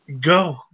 go